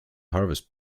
harvest